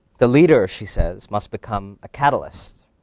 the leader, she says, must become a catalyst.